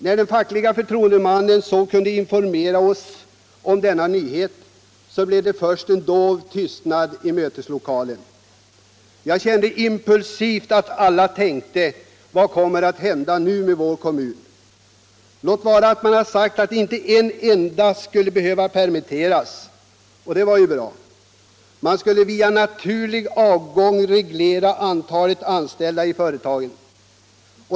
När den fackliga förtroendemannen kunde informera oss om denna nyhet blev det först en dov tystnad i mötestokalen. Jag kände att alla tänkte: Vad kommer att hända nu med vår kommun? Låt vara att man sagt att inte en enda skulle behöva permitteras. Det var ju bra. Man skulle via naturlig avgång reglera antalet anställda i företaget.